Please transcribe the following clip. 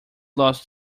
lost